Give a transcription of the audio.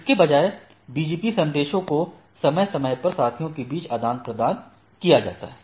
इसके बजाय BGP संदेश को समय समय पर साथियों के बीच आदान प्रदान किया जाता है